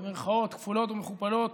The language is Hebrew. במירכאות כפולות ומכופלות,